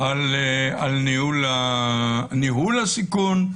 על ניהול הסיכון,